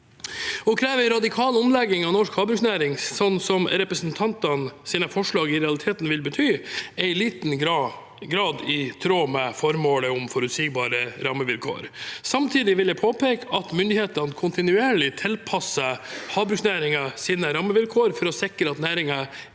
Å kreve en radikal omlegging av norsk havbruksnæring, slik representantenes forslag i realiteten vil bety, er i liten grad i tråd med formålet om forutsigbare rammevilkår. Samtidig vil jeg påpeke at myndighetene kontinuerlig tilpasser havbruksnæringens rammevilkår for å sikre at næringen